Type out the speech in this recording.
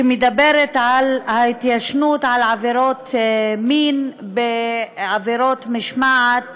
שדיברה אז על התיישנות של עבירות מין בעבירות משמעת